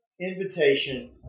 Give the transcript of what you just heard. invitation